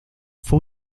fue